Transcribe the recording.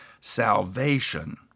Salvation